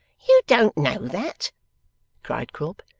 you don't know that cried quilp.